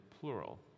plural